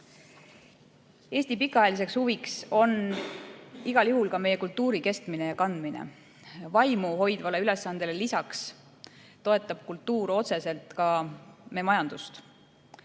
Eesti pikaajaline huvi on igal juhul ka meie kultuuri kestmine ja kandmine. Vaimu hoidvale ülesandele lisaks toetab kultuur otseselt ka meie majandust.